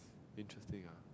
interesting ah